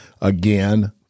Again